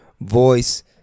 voice